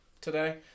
today